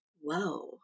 whoa